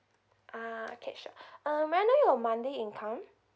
ah okay sure uh may I know your monthly income